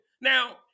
Now